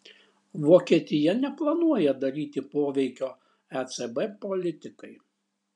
vokietija neplanuoja daryti poveikio ecb politikai